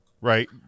right